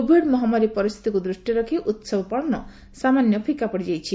Covid ମହାମାରୀ ପରିସ୍ଥିତିକୁ ଦୂଷ୍ଟିରେ ରଖି ଉହବ ପାଳନ ସାମାନ୍ୟ ଫିକା ପଡ଼ିଯାଇଛି